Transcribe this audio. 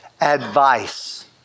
advice